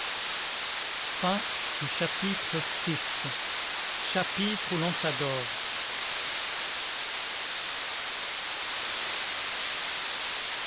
chapitre vi chapitre où l'on s'adore